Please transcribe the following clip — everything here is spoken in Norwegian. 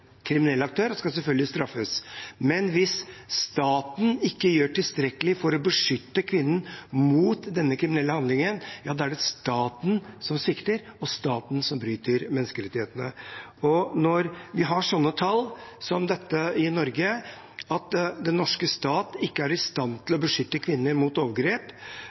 aktør og skal selvfølgelig straffes. Men hvis staten ikke gjør tilstrekkelig for å beskytte kvinnen mot denne kriminelle handlingen, da er det staten som svikter, og staten som bryter menneskerettighetene. Når vi har tall som dette i Norge – at den norske stat ikke er i stand til å beskytte kvinner mot overgrep,